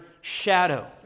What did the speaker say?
shadow